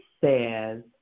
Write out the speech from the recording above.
says